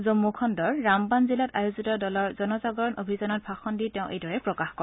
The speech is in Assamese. জন্মু খণ্ডৰ ৰামবান জিলাত আয়োজিত দলৰ জনজাগৰণ অভিযানত ভাষণ দি তেওঁ এইদৰে প্ৰকাশ কৰে